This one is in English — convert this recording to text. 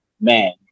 man